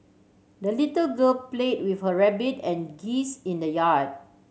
the little girl played with her rabbit and geese in the yard